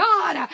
God